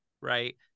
right